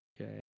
Okay